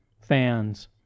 fans